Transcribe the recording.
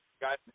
guys